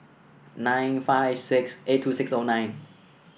nine five six eight two six O nine